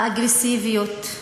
האגרסיביות,